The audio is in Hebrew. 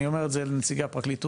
אני אומר את זה לנציגי הפרקליטות,